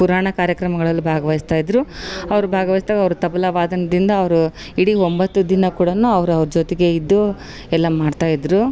ಪುರಾಣ ಕಾರ್ಯಕ್ರಮಗಳಲ್ಲಿ ಭಾಗವಯಿಸ್ತಾಯಿದ್ರು ಅವ್ರು ಭಾಗವೈಸ್ದಾಗೆ ಅವ್ರು ತಬಲ ವಾದನದಿಂದ್ ಅವರು ಇಡೀ ಒಂಬತ್ತು ದಿನ ಕೂಡ ಅವರು ಅವ್ರ ಜೊತೆಗೆ ಇದ್ದು ಎಲ್ಲ ಮಾಡ್ತಾಯಿದ್ರು